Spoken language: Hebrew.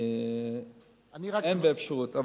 אין באפשרות,